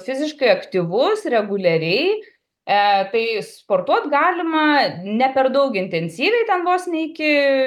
fiziškai aktyvus reguliariai e tai sportuot galima ne per daug intensyviai ten vos ne iki